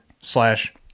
slash